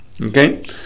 okay